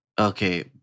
Okay